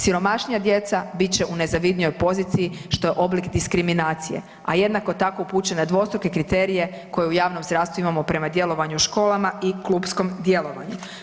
Siromašnija djeca bit će u nezavidnijoj poziciji, što je oblik diskriminacije, a jednako tako, upućuje na dvostruke kriterije koji u javnom zdravstvu imamo prema djelovanju u školama i klupskom djelovanju.